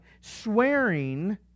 swearing